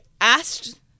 asked